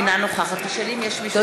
אינה נוכחת תודה.